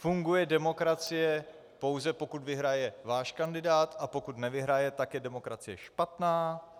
Funguje demokracie, pouze pokud vyhraje váš kandidát, a pokud nevyhraje, tak je demokracie špatná?